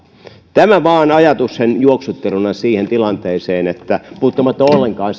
tämä vaan ajatuksen juoksutteluna siihen tilanteeseen puuttumatta ollenkaan